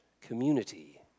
community